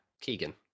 Keegan